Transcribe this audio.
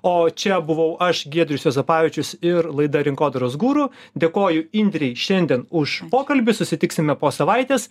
o čia buvau aš giedrius juozapavičius ir laida rinkodaros guru dėkoju indrei šiandien už pokalbį susitiksime po savaitės